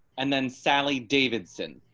and then sally davidson.